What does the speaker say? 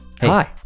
hi